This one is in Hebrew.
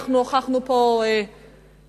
אנחנו הוכחנו פה בגרות.